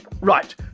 Right